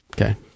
okay